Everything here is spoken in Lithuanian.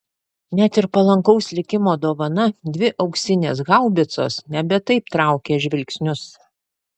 net ir palankaus likimo dovana dvi auksinės haubicos nebe taip traukė žvilgsnius